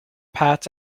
pat